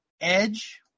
Edge